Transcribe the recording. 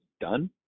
done